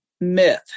myth